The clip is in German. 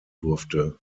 durfte